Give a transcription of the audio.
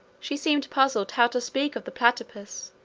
she seemed puzzled how to speak of the platypus,